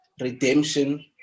redemption